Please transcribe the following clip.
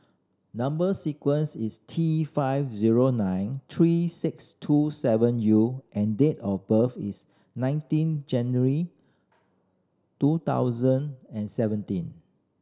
number sequence is T five zero nine three six two seven U and date of birth is nineteen January two thousand and seventeen